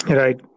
right